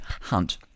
Hunt